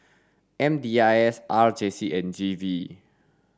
M D I S R J C and G V